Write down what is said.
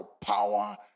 power